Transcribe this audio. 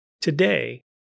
Today